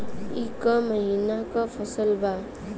ई क महिना क फसल बा?